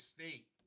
State